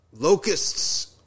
locusts